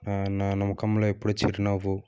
నా నా నా మొకంలో ఎప్పుడు చిరునవ్వు